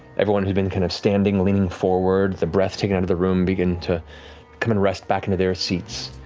everyone who'd been kind of standing, leaning forward, the breath taken out of the room, begin to come and rest back into their seats.